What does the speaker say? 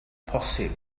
posib